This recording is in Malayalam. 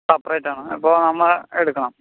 സെപ്പറേറ്റാണ് അപ്പോൾ നമ്മൾ എടുക്കണം